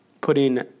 putting